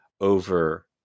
over